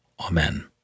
amen